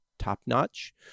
top-notch